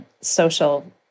social